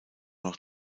noch